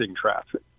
traffic